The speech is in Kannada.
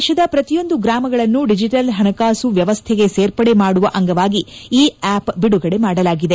ದೇಶದ ಪ್ರತಿಯೊಂದು ಗ್ರಾಮಗಳನ್ನು ಡಿಜಿಟಲ್ ಹಣಕಾಸು ವ್ಯವಸ್ಥೆಗೆ ಸೇರ್ಪಡೆ ಮಾಡುವ ಅಂಗವಾಗಿ ಈ ಆಫ್ ಬಿಡುಗಡೆ ಮಾಡಲಾಗಿದೆ